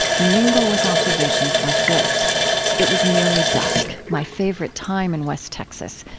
mingle with observations like this it was nearly dusk, my favorite time in west texas,